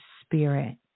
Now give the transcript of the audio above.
spirit